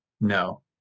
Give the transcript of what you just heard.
No